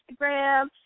Instagram